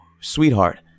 sweetheart